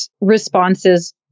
responses